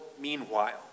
meanwhile